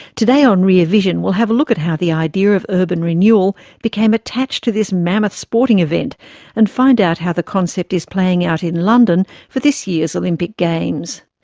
today on rear vision, we'll have a look at how the idea of urban renewal became attached to this mammoth sporting event and find out how the concept is playing out in london for this year's olympic games.